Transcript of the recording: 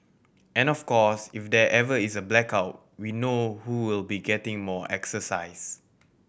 and of course if there ever is a blackout we know who will be getting more exercise